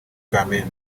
kamembe